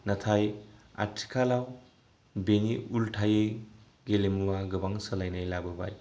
नाथाय आथिखालाव गेलेमुआ बेनि उलथायै गोबां सोलायनाय लाबोबाय